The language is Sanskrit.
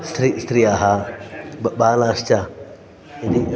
स्त्री स्त्रियः ब् बालाश्च यदि